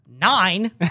nine